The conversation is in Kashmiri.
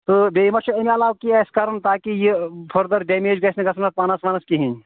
تہٕ بیٚیہِ ما چھُ امہِ علاوٕ کینہہ اَسہِ کَرُن تاکہِ یہِ فٔردَر ڈیمیج گَژھنہٕ گَژھُن اَتھ پَنس وَنس کہینۍ